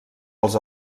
als